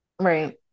Right